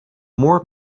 more